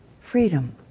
Freedom